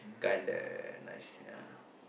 kinda nice ya